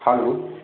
hello